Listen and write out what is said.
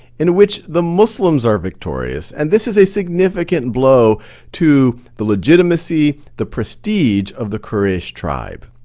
in which the muslims are victorious. and this is a significant blow to the legitimacy, the prestige of the quraysh tribe.